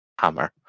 hammer